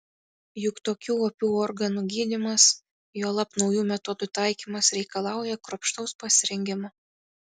juk tokių opių organų gydymas juolab naujų metodų taikymas reikalauja kruopštaus pasirengimo